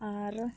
ᱟᱨ